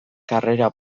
karrera